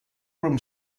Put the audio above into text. room